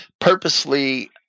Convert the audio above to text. purposely